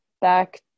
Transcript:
back